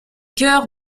chœurs